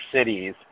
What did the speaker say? cities